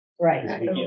Right